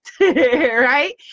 right